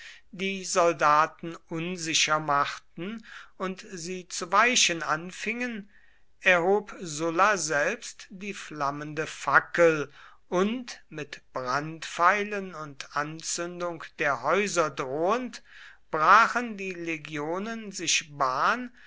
die soldaten unsicher machten und sie zu weichen anfingen erhob sulla selbst die flammende fackel und mit brandpfeilen und anzündung der häuser drohend brachen die legionen sich bahn